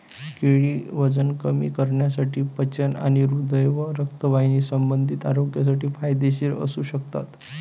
केळी वजन कमी करण्यासाठी, पचन आणि हृदय व रक्तवाहिन्यासंबंधी आरोग्यासाठी फायदेशीर असू शकतात